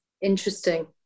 interesting